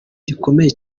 gikomeye